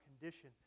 condition